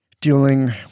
dealing